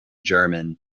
german